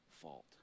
fault